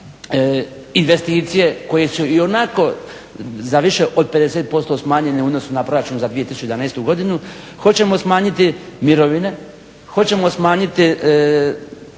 investicije koje su ionako za više od 50% smanjenje u odnosu na Proračun za 2011. godinu, hoćemo smanjiti mirovine, hoćemo smanjiti